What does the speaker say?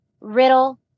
Riddle